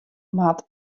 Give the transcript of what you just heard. moat